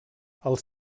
els